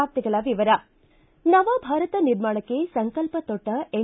ವಾರ್ತೆಗಳ ವಿವರ ನವಭಾರತ ನಿರ್ಮಾಣಕ್ಕೆ ಸಂಕಲ್ಪ ತೊಟ್ಟ ಎನ್